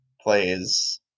plays